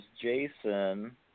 Jason